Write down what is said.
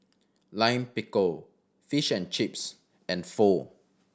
Lime Pickle Fish and Chips and Pho